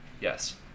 Yes